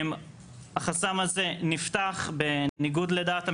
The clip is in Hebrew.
החסם הזה נפתח בניגוד לדעת המשרד,